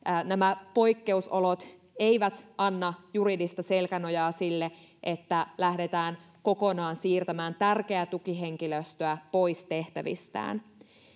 nämä poikkeusolot eivät anna juridista selkänojaa sille että lähdetään kokonaan siirtämään tärkeää tukihenkilöstöä pois tehtävistään